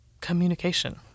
communication